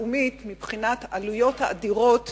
היא מחלה לאומית מבחינת העלויות האדירות